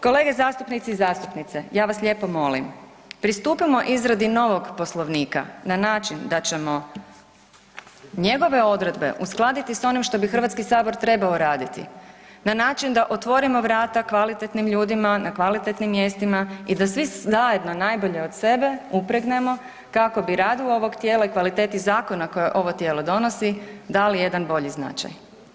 Kolege zastupnici i zastupnice, ja vas lijepo molim pristupimo izradi novog Poslovnika na način da ćemo njegove odredbe uskladiti s onim što bi Hrvatski sabor trebao raditi na način da otvorimo vrata kvalitetnim ljudima, na kvalitetnim mjestima i da svi zajedno najbolje od sebe upregnemo kako bi radu ovog tijela i kvaliteti zakona koje ovo tijelo donosi dali jedan bolji značaj.